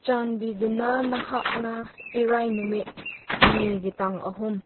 ꯆꯥꯟꯕꯤꯗꯨꯅ ꯅꯍꯥꯛꯅ ꯏꯔꯥꯏ ꯅꯨꯃꯤꯠ ꯃꯦꯒꯤ ꯇꯥꯡ ꯑꯍꯨꯝ